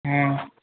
हूँ